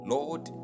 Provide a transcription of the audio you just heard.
Lord